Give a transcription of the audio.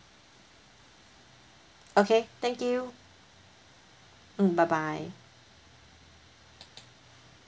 okay thank you bye mm bye